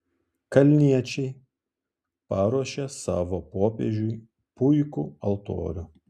kalniečiai paruošė savo popiežiui puikų altorių